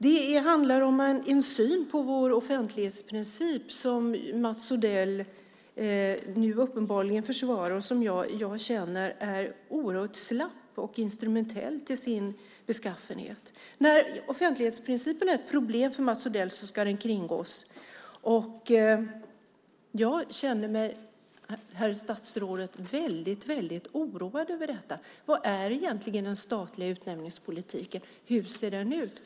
Det handlar om en syn på vår offentlighetsprincip som Mats Odell nu uppenbarligen försvarar och som jag känner är oerhört slapp och instrumentell till sin beskaffenhet. När offentlighetsprincipen är ett problem för Mats Odell ska den kringgås, och jag känner mig, herr statsråd, väldigt oroad över detta. Vad är egentligen den statliga utnämningspolitiken? Hur ser den ut?